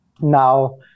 now